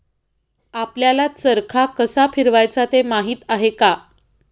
आपल्याला चरखा कसा फिरवायचा ते माहित आहे का?